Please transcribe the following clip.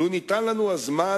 לו ניתן לנו הזמן,